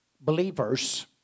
believers